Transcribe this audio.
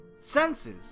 senses